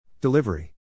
Delivery